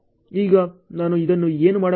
ಈಗ ನಾನು ಇದನ್ನು ಏನು ಮಾಡಬೇಕು